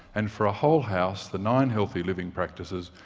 and for a whole house, the nine healthy living practices,